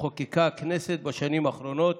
שחוקקה הכנסת בשנים האחרונות